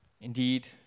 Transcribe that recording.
Indeed